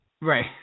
Right